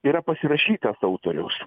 yra pasirašytas autoriaus